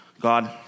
God